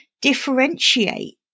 differentiate